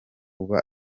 aba